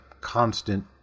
constant